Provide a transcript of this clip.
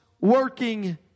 working